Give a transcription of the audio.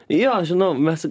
jo žinau mes